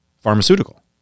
pharmaceutical